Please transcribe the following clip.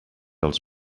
els